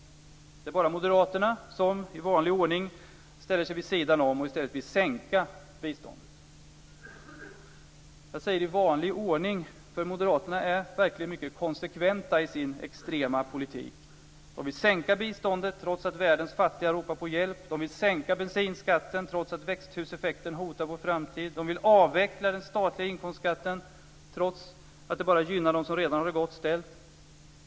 Det är bara Moderaterna som, i vanlig ordning, ställer sig vid sidan om och i stället vill sänka biståndet. Jag säger i vanlig ordning, för moderaterna är verkligen mycket konsekventa i sin extrema politik. De vill sänkta biståndet, trots att världens fattiga ropar på hjälp. De vill sänka bensinskatten, trots att växthuseffekten hotar vår framtid. De vill avveckla den statliga inkomstskatten, trots att det bara gynnar dem som har det gott ställt.